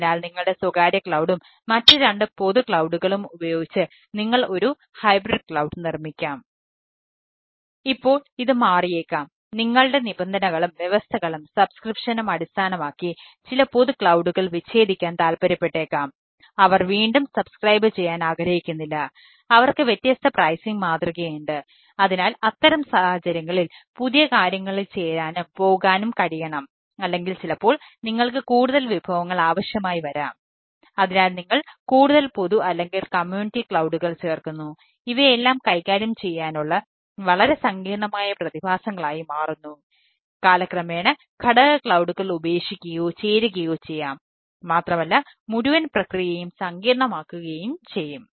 അതിനാൽ ഇപ്പോൾ ഇത് മാറിയേക്കാം നിങ്ങളുടെ നിബന്ധനകളും വ്യവസ്ഥകളും സബ്സ്ക്രിപ്ഷനും ഉപേക്ഷിക്കുകയോ ചേരുകയോ ചെയ്യാം മാത്രമല്ല മുഴുവൻ പ്രക്രിയയും സങ്കീർണ്ണമാക്കുകയും ചെയ്യും